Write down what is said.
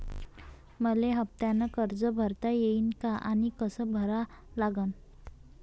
मले हफ्त्यानं कर्ज भरता येईन का आनी कस भरा लागन?